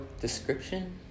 Description